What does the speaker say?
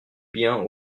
bien